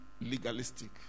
legalistic